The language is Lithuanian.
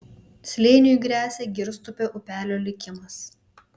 slėniui gresia girstupio upelio likimas